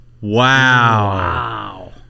Wow